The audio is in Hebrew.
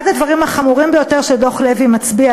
אחד הדברים החמורים ביותר שדוח לוי מצביע